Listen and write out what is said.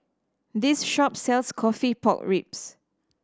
this shop sells coffee pork ribs